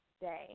day